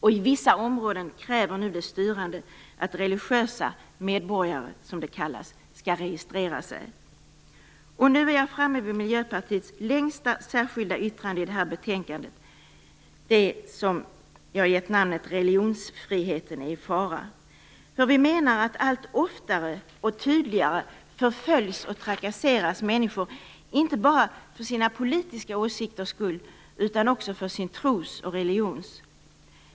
I vissa områden kräver nu de styrande att religiösa medborgare, som de kallas, skall registrera sig. Nu är jag framme vid Miljöpartiets längsta särskilda yttrande vid det här betänkandet, det som fått namnet Religionsfriheten i fara. Vi menar att allt oftare och tydligare förföljs och trakasseras människor, inte bara för sina politiska åsikters skull, utan också för sin tros och religions skull.